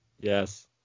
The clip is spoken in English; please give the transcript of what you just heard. Yes